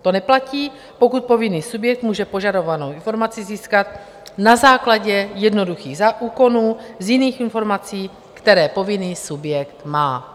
To neplatí, pokud povinný subjekt může požadovanou informaci získat na základě jednoduchých úkonů z jiných informací, které povinný subjekt má.